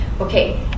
Okay